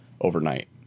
overnight